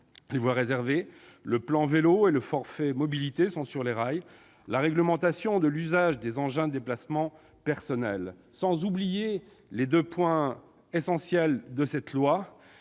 les voies réservées, le plan vélo et le forfait mobilité, qui sont sur les rails, ainsi que la réglementation de l'usage des engins de déplacement personnels. Je n'oublie pas les deux points essentiels que sont,